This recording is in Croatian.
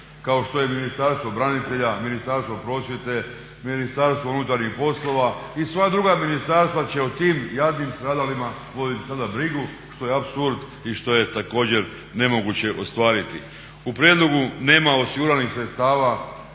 kao što je Ministarstvo branitelja, Ministarstvo prosvjete, Ministarstvo unutarnjih poslova i sva druga ministarstva će o tim jadnim stradalima voditi tada brigu što je apsurd i što je također nemoguće ostvariti. U prijedlogu nema osiguranih sredstava